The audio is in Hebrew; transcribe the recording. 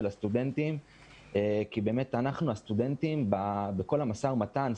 הסטודנטים כי אנחנו הסטודנטים בכל המשא ומתן,